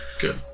good